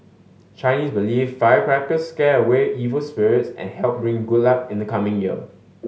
Chinese believe firecrackers will scare away evil spirits and help bring good luck in the coming year